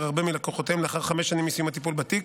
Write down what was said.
הרבה מלקוחותיהם לאחר חמש שנים מסיום הטיפול בתיק,